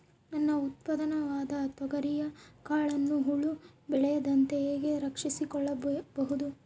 ನನ್ನ ಉತ್ಪನ್ನವಾದ ತೊಗರಿಯ ಕಾಳುಗಳನ್ನು ಹುಳ ಬೇಳದಂತೆ ಹೇಗೆ ರಕ್ಷಿಸಿಕೊಳ್ಳಬಹುದು?